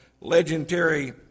legendary